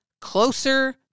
closer